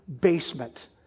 basement